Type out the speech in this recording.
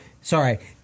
sorry –